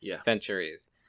centuries